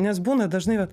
nes būna dažnai vat